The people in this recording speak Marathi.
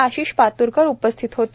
आशिष पातूरकर उपस्थित होते